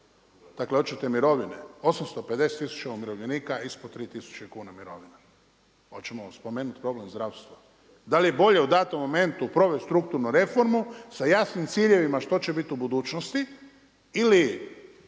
Dakle, hoćete mirovine. 850 tisuća umirovljenika ispod 3000 kuna mirovine. Hoćemo spomenuti problem zdravstva? Da li je bolje u datom momentu provesti strukturnu reformu sa jasnim ciljevima što će biti u budućnosti ili